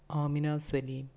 Amina Saleem